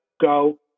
go